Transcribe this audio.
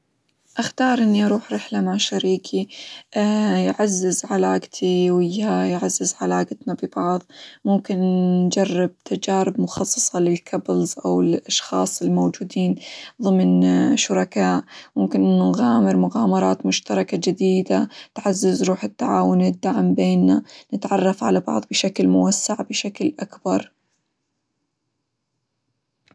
أختار إني أروح رحلة مع شريكي يعزز علاقتي وياه، يعزز علاقتنا ببعظ، ممكن نجرب تجارب مخصصة للكابلز، أو للأشخاص الموجودين ظمن شركاء، ممكن إنه نغامر مغامرات مشتركة جديدة، تعزز روح التعاون، الدعم بيننا، نتعرف على بعض بشكل موسع، بشكل أكبر.